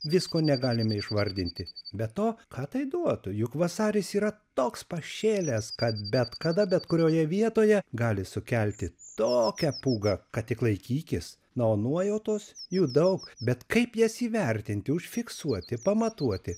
visko negalime išvardinti be to ką tai duotų juk vasaris yra toks pašėlęs kad bet kada bet kurioje vietoje gali sukelti tokią pūgą kad tik laikykis na o nuojautos jų daug bet kaip jas įvertinti užfiksuoti pamatuoti